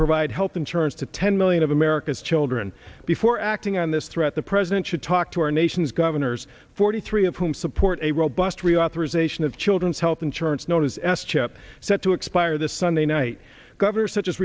provide health insurance to ten million of america's children before acting on this threat the president should talk to our nation's governors forty three of whom support a robust reauthorization of children's health insurance known as s chip set to expire this sunday night governor such as